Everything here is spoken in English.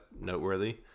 noteworthy